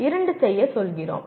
இரண்டு செய்யச் சொல்கிறோம்